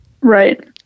right